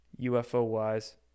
UFO-wise